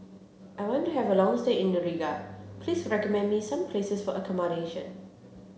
I want to have a long stay in Riga Please recommend me some places for accommodation